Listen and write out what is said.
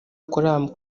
azakorera